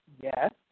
Yes